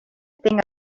thing